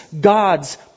God's